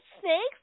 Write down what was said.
snakes